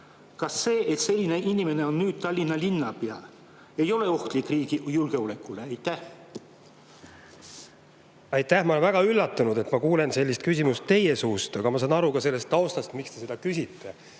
Kas see, et selline inimene on nüüd Tallinna linnapea, ei ole ohtlik riigi julgeolekule? Aitäh! Ma olen väga üllatunud, et ma kuulen sellist küsimust teie suust. Aga ma saan aru ka sellest taustast, miks te seda küsite.